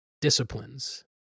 disciplines